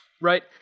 Right